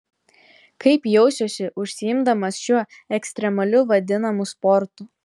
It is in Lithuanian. kaip jausiuosi užsiimdamas šiuo ekstremaliu vadinamu sportu